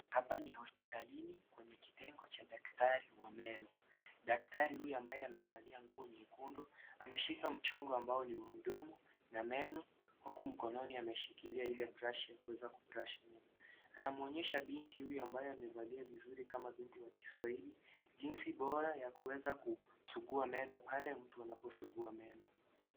Hapa ni hospitalini kwenye kitengo cha daktari wa men. Daktari huyu ambaye amevalia nguo nyekundu ameshika mchongo, ambao ni wa mdomo na meno huku mkononi ameshikilia ile brashi ya kuweza kubrashi meno, anamuonyesha binti huyu ambaye amevalia vizuri kama binti wa Kiswahili jinsi bora ya kuweza kusugua meno pale mtu anaposugua meno.